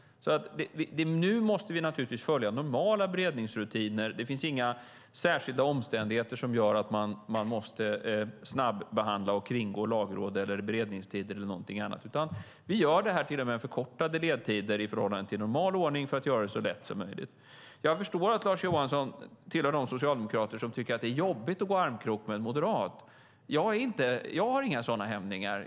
Nu måste vi naturligtvis följa normala beredningsrutiner. Det finns inga särskilda omständigheter som gör att man måste snabbehandla och kringgå Lagrådet, beredningstid eller något annat. Vi gör detta med förkortade ledtider i förhållande till normal ordning för att göra det så lätt som möjligt. Jag förstår att Lars Johansson tillhör de socialdemokrater som tycker att det är jobbigt att gå i armkrok med en moderat. Jag har inga sådana hämningar.